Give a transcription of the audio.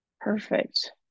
Perfect